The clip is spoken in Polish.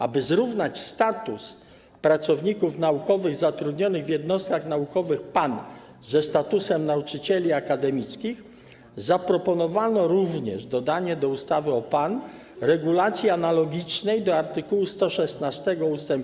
Aby zrównać status pracowników naukowych zatrudnionych w jednostkach naukowych PAN ze statusem nauczycieli akademickich, zaproponowano również dodanie do ustawy o PAN regulacji analogicznej do art. 116 ust.